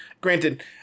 granted